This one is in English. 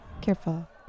Careful